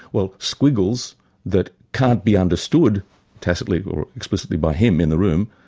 well squiggles that can't be understood tacitly or explicitly by him in the room,